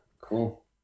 Cool